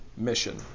mission